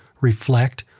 reflect